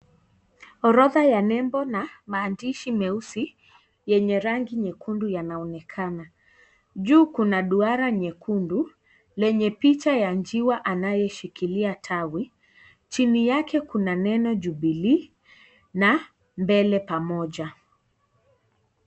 Orodha ya nembo na maandishi nyeusi yenye rangi nyekundu yanaonekena. Juu kuna duara nyekundu lenye picha ya njiwa anayeshikilia tawi. Chini yake kuna neno jubilee na mbele pamoja.